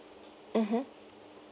mmhmm